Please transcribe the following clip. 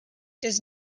does